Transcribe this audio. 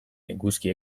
eguzki